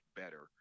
better